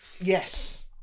Yes